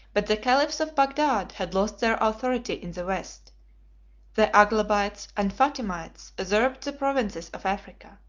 but the caliphs of bagdad had lost their authority in the west the aglabites and fatimites usurped the provinces of africa,